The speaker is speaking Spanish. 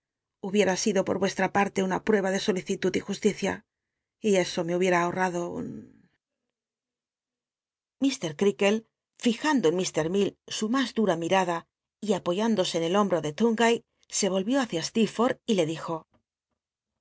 hubiera sido por vuestta p wte una prueba de solicitud y justicia y eso me hubiera ahol'l'ado un lk creakle fijando en mr llell su mas dlll'a mirada y apoy in lose en el hombt'o ele l'ungay se volvió hácia steerfotth y le dijo